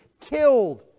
Killed